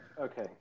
Okay